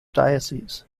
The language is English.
diocese